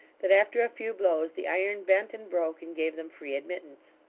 that after a few blows the iron bent and broke, and gave them free admittance.